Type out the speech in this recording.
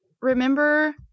remember